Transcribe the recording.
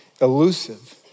elusive